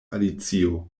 alicio